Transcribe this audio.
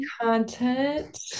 content